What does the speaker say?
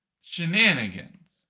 shenanigans